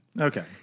Okay